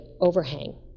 overhang